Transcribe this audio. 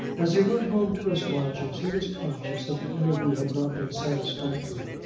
as he went home to his lodgings he was conscious that the interview had not been satisfactory.